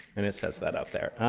and it says that up there.